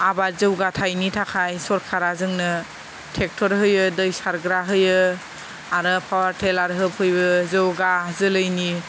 आबाद जौगाथायनि थाखाय सरखारा जोंनो ट्रेक्टर होयो दै सारग्रा होयो आरो पावार टिलार होफैयो जौगा जोलैनि